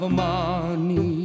money